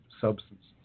substances